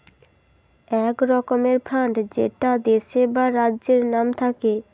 এক রকমের ফান্ড যেটা দেশের বা রাজ্যের নাম থাকে